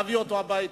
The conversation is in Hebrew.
להביא אותו הביתה.